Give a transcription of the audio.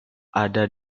ada